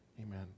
Amen